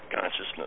consciousness